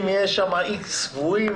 אם יש שם איקס קבועים,